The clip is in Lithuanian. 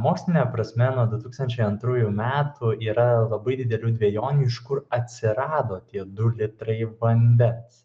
moksline prasme nuo du tūkstančiai antrųjų metų yra labai didelių dvejonių iš kur atsirado tie du litrai vandens